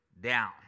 down